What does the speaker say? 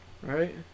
Right